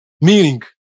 meaning